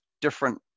different